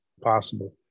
possible